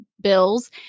bills